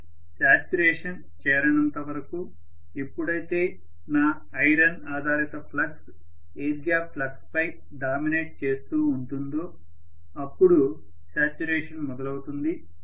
నేను శాచ్యురేషన్ చేరనంత వరకు ఎప్పుడైతే నా ఐరన్ ఆధారిత ఫ్లక్స్ ఎయిర్ గ్యాప్ ఫ్లక్స్ పై డామినేట్ చేస్తూ ఉంటుందోఅప్పుడు శాచ్యురేషన్ మొదలవుతుంది